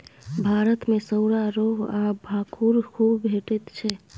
भारत मे सौरा, रोहू आ भाखुड़ खुब भेटैत छै